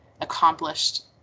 accomplished